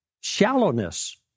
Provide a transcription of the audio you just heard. shallowness